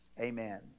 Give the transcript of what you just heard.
Amen